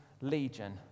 Legion